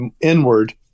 inward